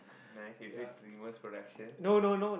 nice is it dreamworks production